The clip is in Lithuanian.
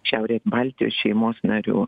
šiaurės baltijos šeimos narių